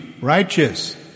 righteous